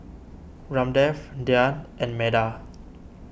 Ramdev Dhyan and Medha